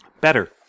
Better